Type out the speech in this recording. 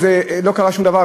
לא קרה שום דבר,